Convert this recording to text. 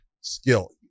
skill